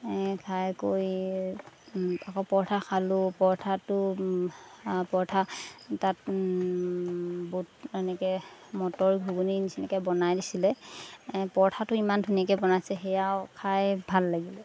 খাই কৰি আকৌ পৰঠা খালোঁ পৰঠাটো পৰঠা তাত বুট এনেকৈ মটৰ ঘুগুনি নিচিনাকৈ বনাই দিছিলে পৰঠাটো ইমান ধুনীয়াকৈ বনাইছে সেয়াও খাই ভাল লাগিলে